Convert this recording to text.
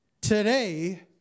today